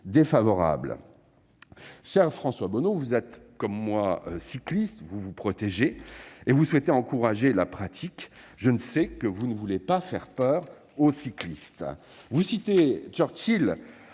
Gouvernement. Cher François Bonneau, vous êtes tout comme moi un cycliste. Vous vous protégez et vous souhaitez encourager la pratique du vélo. Je sais que vous ne voulez pas faire peur aux cyclistes. Vous avez cité Churchill